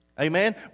Amen